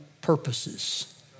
purposes